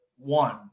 One